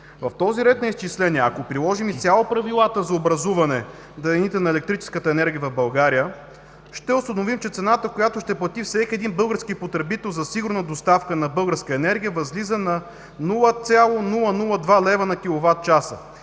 В този ред на изчисления, ако приложим изцяло правилата за образуване на електрическата енергия в България, ще установим, че цената, която ще плати всеки един български потребител за сигурна доставка на българска енергия, възлиза на 0,002 лв. на киловатчаса